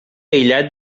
aïllat